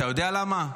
אתה יודע למה?